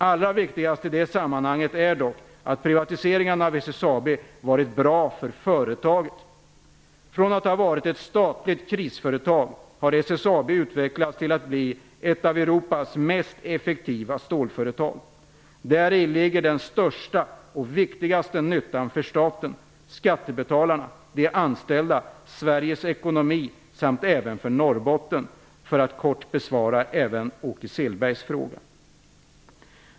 Allra viktigast i det sammanhanget är dock att privatiseringen av SSAB har varit bra för företaget. Från att ha varit ett statligt krisföretag har SSAB utvecklats till att bli ett av Europas mest effektiva stålföretag. Däri ligger den största och viktigaste nyttan för staten, skattebetalarna, de anställda, Sveriges ekonomi samt även för Norrbotten, för att kort besvara även Åke Selbergs fråga.